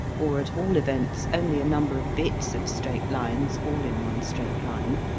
or at all events only a number of bits of straight lines all in one straight line,